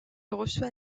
reçoit